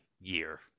year